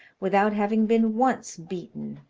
without having been once beaten.